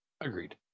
Agreed